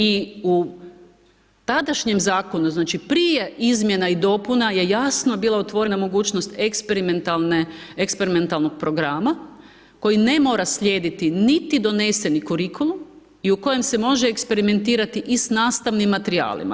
I u tadašnjem zakonu znači prije izmjena i dopuna je jasno bila otvorena mogućnost eksperimentalnog programa, koji ne mora slijediti, niti donesen kurikulum i u kojem se može eksperimentirati i sa nastavnim materijalima.